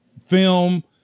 film